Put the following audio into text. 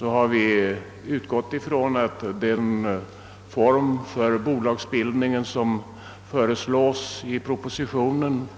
har vi utgått från att den form för bolagsbildningen som föreslås i propositionen